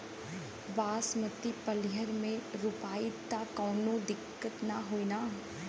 बासमती पलिहर में रोपाई त कवनो दिक्कत ना होई न?